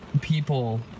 people